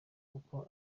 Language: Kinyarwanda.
kuko